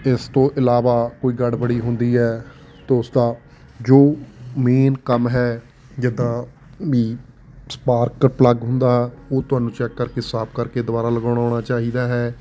ਇਸ ਤੋਂ ਇਲਾਵਾ ਕੋਈ ਗੜਬੜੀ ਹੁੰਦੀ ਹੈ ਤੋ ਉਸ ਦਾ ਜੋ ਮੇਨ ਕੰਮ ਹੈ ਜਿੱਦਾਂ ਵੀ ਸਪਾਰਕਰ ਪਲੱਗ ਹੁੰਦਾ ਉਹ ਤੁਹਾਨੂੰ ਚੈੱਕ ਕਰਕੇ ਸਾਫ਼ ਕਰਕੇ ਦੁਬਾਰਾ ਲਗਾਉਣਾ ਚਾਹੀਦਾ ਹੈ